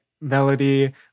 melody